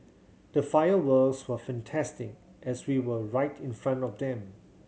the fireworks were fantastic as we were right in front of them